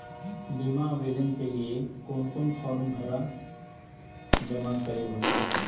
बीमा आवेदन के लिए कोन कोन फॉर्म जमा करें होते